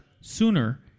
sooner